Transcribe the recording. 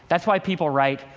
that's why people write,